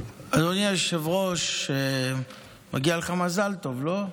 אדוני היושב-ראש, מגיע לך מזל טוב, לא?